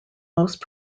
most